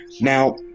Now